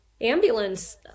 ambulance